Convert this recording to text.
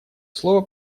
слово